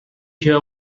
hear